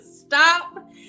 stop